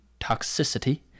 toxicity